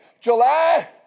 July